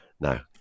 Now